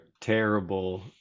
terrible